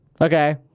Okay